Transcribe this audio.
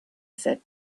said